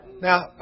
Now